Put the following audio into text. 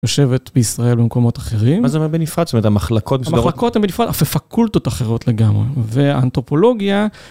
יושבת בישראל במקומות אחרים. מה זה אומר בנפרד? זאת אומרת המחלקות מסודרות? המחלקות הן בנפרד, והפקולטות אחרות לגמרי. ואנתרופולוגיה...